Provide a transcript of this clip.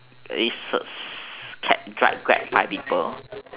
is a a cab drive grab five people